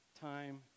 time